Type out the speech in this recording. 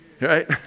right